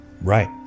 Right